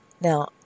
Now